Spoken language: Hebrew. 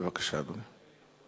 בבקשה, אדוני.